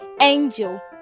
Angel